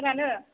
फोरानो